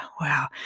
wow